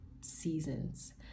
seasons